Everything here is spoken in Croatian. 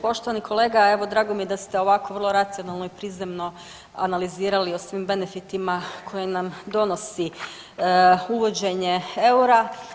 Poštovani kolega, evo, drago mi je da ovako vrlo racionalno i prizemno analizirali o svim benefitima koje nam donosi uvođenje eura.